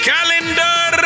Calendar